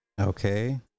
Okay